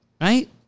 Right